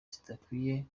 zidakwiye